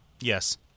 Yes